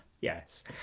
yes